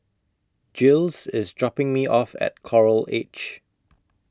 Giles IS dropping Me off At Coral Edge